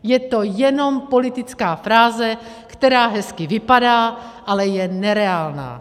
Je to jenom politická fráze, která hezky vypadá, ale je nereálná!